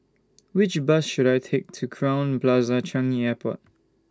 Which Bus should I Take to Crowne Plaza Changi Airport